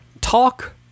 talk